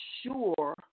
sure